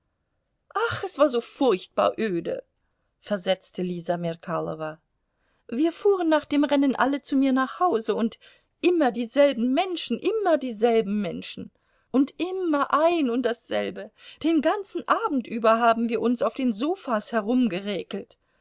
ach es war so furchtbar öde versetzte lisa merkalowa wir fuhren nach dem rennen alle zu mir nach hause und immer dieselben menschen immer dieselben menschen und immer ein und das selbe den ganzen abend über haben wir uns auf den sofas